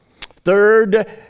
Third